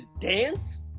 dance